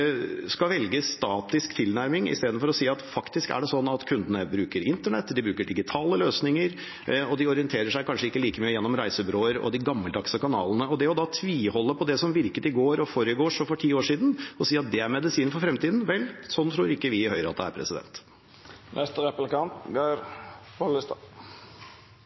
skal velge en statisk tilnærming, i stedet for å si at det faktisk er sånn at kundene bruker internett og digitale løsninger, og de orienterer seg kanskje ikke like mye gjennom reisebyråer og de gammeldagse kanalene. Det å da tviholde på det som virket i går, i forgårs og for ti år siden, og si at det er medisinen for fremtiden – vel, sånn tror ikke vi i Høyre at det er.